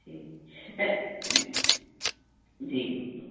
जी ऐं जी जी जी